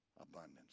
abundance